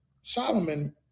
Solomon